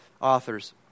authors